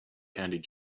candied